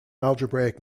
algebraic